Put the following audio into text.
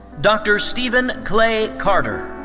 dr. steven clay carter.